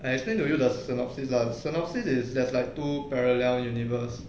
I explain to you the synopsis ah synopsis is there's like two parallel universe